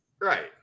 Right